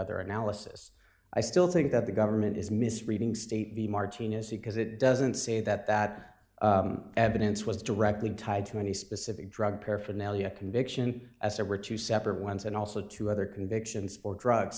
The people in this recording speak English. other analysis i still think that the government is misreading state the martina's because it doesn't say that that evidence was directly tied to any specific drug paraphernalia conviction as there were two separate ones and also two other convictions for drugs